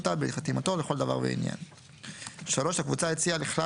אותה בחתימתו לכל דבר ועניין; (3) הקבוצה הציעה לכלל